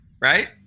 right